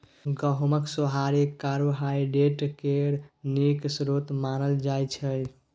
गहुँमक सोहारी कार्बोहाइड्रेट केर नीक स्रोत मानल जाइ छै